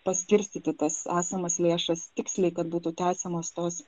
paskirstyti tas esamas lėšas tiksliai kad būtų tęsiamos tos